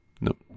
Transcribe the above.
Nope